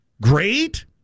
Great